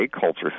culture